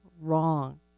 wrong